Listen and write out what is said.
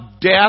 death